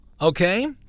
Okay